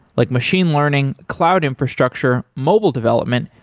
like machine learning, cloud infrastructure, mobile development,